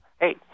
Hey